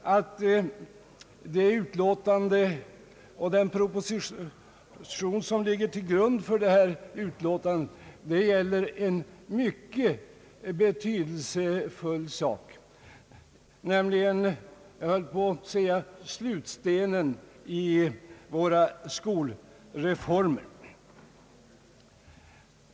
Utlåtandet och den proposition som ligger till grund för detta gäller en mycket betydelefull fråga, nämligen så att säga slutstenen i våra skolreformer.